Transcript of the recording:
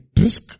risk